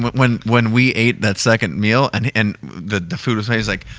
when when we ate that second meal, and and the the food was ah like